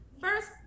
first